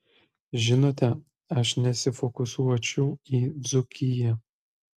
žinote aš nesifokusuočiau į dzūkiją